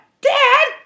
Dad